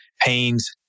pains